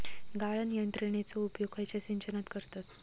गाळण यंत्रनेचो उपयोग खयच्या सिंचनात करतत?